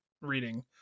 reading